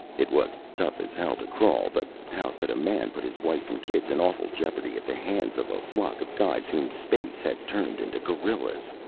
it was tough as hell to crawl, but how could a man put his wife and kids in awful jeopardy at the hands of a flock of guys whom space had turned into gorillas?